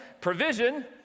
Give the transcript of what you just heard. Provision